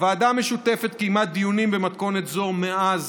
הוועדה המשותפת קיימה דיונים במתכונת זו מאז